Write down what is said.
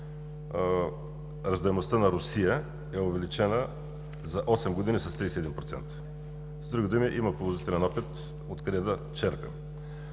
раждаемостта на Русия е увеличена за осем години с 31%. С други думи има положителен опит от къде да черпим.